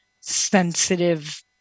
sensitive